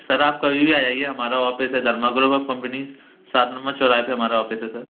sir आप कभी भी आ जाइए हमारा ऑफिस है धर्मा ग्रुप ऑफ़ कंपनी सात नंबर चौराहे पर हमारा ऑफिस है सर